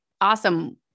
awesome